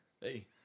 Hey